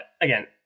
again